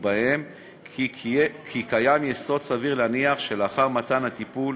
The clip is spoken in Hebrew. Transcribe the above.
ובהם כי קיים יסוד סביר להניח שלאחר מתן הטיפול